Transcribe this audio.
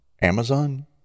Amazon